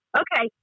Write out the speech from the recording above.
okay